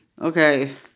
okay